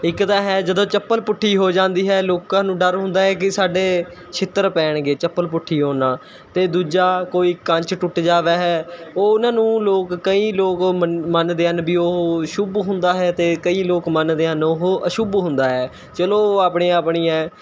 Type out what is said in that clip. ਇੱਕ ਤਾਂ ਹੈ ਜਦੋਂ ਚੱਪਲ ਪੁੱਠੀ ਹੋ ਜਾਂਦੀ ਹੈ ਲੋਕਾਂ ਨੂੰ ਡਰ ਹੁੰਦਾ ਹੈ ਕਿ ਸਾਡੇ ਛਿੱਤਰ ਪੈਣਗੇ ਚੱਪਲ ਪੁੱਠੀ ਹੋਣ ਨਾਲ਼ ਅਤੇ ਦੂਜਾ ਕੋਈ ਕੰਚ ਟੁੱਟ ਜਾਵੇ ਹੈ ਉਹ ਉਹਨਾਂ ਨੂੰ ਲੋਕ ਕਈ ਲੋਕ ਮੰਨਦੇ ਹਨ ਵੀ ਉਹ ਸ਼ੁੱਭ ਹੁੰਦਾ ਹੈ ਅਤੇ ਕਈ ਲੋਕ ਮੰਨਦੇ ਹਨ ਉਹ ਅਸ਼ੁੱਭ ਹੁੰਦਾ ਹੈ ਚਲੋ ਆਪਣੇ ਆਪਣੀ ਹੈ